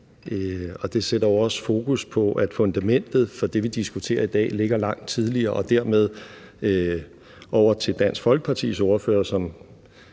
og det sætter også fokus på, at fundamentet for det, vi diskuterer i dag, ligger langt tidligere. Det fører mig over til Dansk Folkepartis ordfører, der